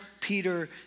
Peter